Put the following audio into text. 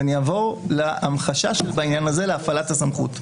ואני אעבור לחשש בעניין הזה להפעלת הסמכות.